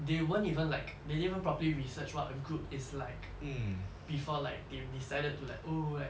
they weren't even like they didn't even properly research what a group is like before like they decided like oo like